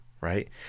right